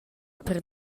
per